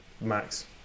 Max